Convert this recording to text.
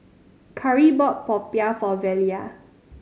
Kari bought popiah for Velia